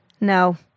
No